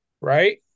Right